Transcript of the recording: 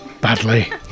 Badly